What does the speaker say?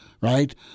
right